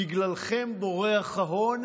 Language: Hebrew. בגללכם בורח ההון,